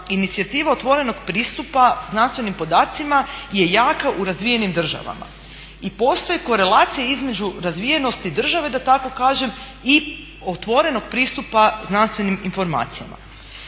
inicijativa otvorenog pristupa znanstvenim podacima je jaka u razvijenim državama i postoji korelacije između razvijenosti države da tako kažem i otvorenog pristupa znanstvenim informacijama.